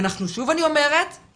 אני אומרת שוב,